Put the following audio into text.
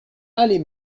allez